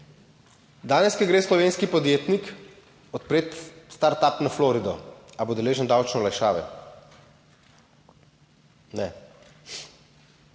Danes, ko gre slovenski podjetnik odpreti startup na Florido, ali bo deležen davčne olajšave? Ne,